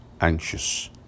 anxious